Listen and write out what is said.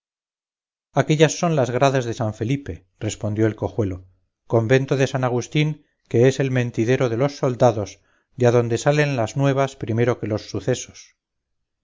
aquéllas son las gradas de san felipe respondió el cojuelo convento de san agustín que es el mentidero de los soldados de adonde salen las nuevas primero que los sucesos